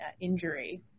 injury